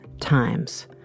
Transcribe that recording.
times